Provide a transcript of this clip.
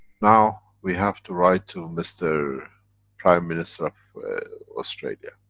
now we have to write to mr prime minister of australia.